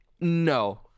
No